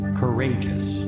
courageous